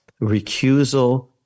recusal